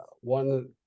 one